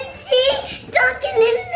see duncan in